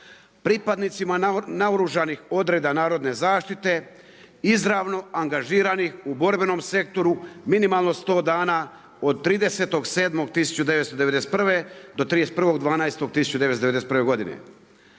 Pripadnicima naoružanih odreda narodne zaštite izravno angažiranih u borbenom sektoru, minimalno sto dana, od 30.7.1991. do 31.12.1991. godine.